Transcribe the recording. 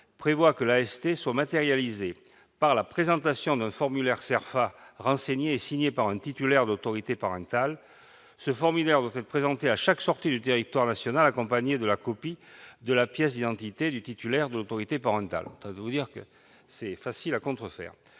prévoit que l'AST soit matérialisée par la présentation d'un formulaire CERFA, renseigné et signé par un titulaire de l'autorité parentale. Ce formulaire doit être présenté à chaque sortie du territoire national, accompagné de la copie de la pièce d'identité du titulaire de l'autorité parentale. Autant dire